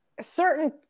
Certain